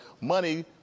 money